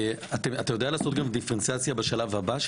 שאלה, אתה יודע לעשות גם דיפרנציאציה בשלב הבא?